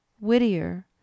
Whittier